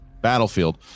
battlefield